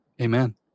Amen